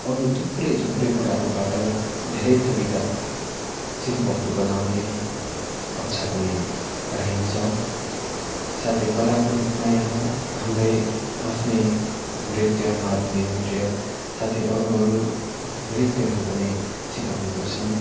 अरू थुप्रै थुप्रै कुराहरूबाट धेरै थरीका शिल्पहरू बनाउने कक्षा पनि गराइन्छ साथै कलाको रूपमा यहाँ हाम्रै आफ्नै नृत्य मारुनी नृत्य साथै अरू अरू नृत्यहरू पनि सिकाउने गर्छन्